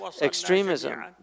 extremism